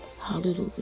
Hallelujah